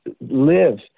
live